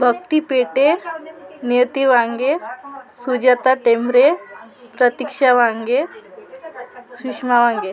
भक्ति पेटे नियती वांगे सुजाता तेंबरे प्रतीक्षा वांगे सुषमा वांगे